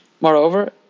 Moreover